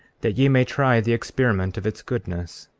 that ye may try the experiment of its goodness.